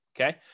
Okay